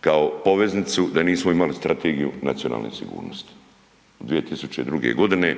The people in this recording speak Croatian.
kao poveznicu da nismo imali strategiju nacionalne sigurnosti, 2002. godine,